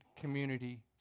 community